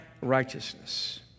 righteousness